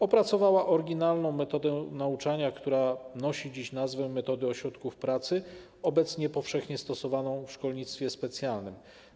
Opracowała oryginalną metodę nauczania, która nosi dziś nazwę metody ośrodków pracy, obecnie powszechnie stosowaną w szkolnictwie specjalnym.